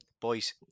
Boys